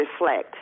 reflect